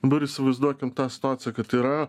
dabar įsivaizduokim tą situaciją kad yra